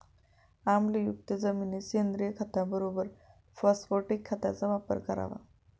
आम्लयुक्त जमिनीत सेंद्रिय खताबरोबर फॉस्फॅटिक खताचा वापर करावा